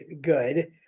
good